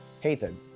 hated